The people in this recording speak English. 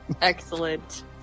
Excellent